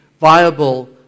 viable